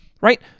Right